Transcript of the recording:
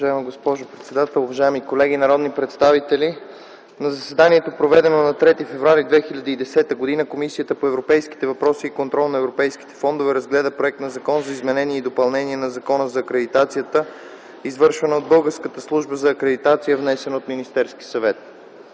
Уважаема госпожо председател, уважаеми колеги народни представители! „На заседанието, проведено на 3 февруари 2010 г., Комисията по европейските въпроси и контрол на европейските фондове разгледа Законопроект за изменение и допълнение на Закона за акредитацията, извършвана от Българската служба за акредитация, внесен от Министерския съвет.